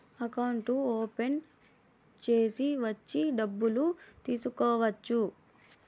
అకౌంట్లు ఓపెన్ చేసి వచ్చి డబ్బులు తీసుకోవచ్చు